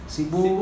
Sibu